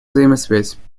взаимозависимость